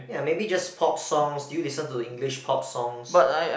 ya maybe just pop songs do you listen to English pop songs